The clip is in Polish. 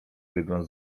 wygląd